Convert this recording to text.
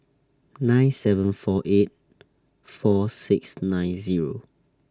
nine seven four eight four six nine Zero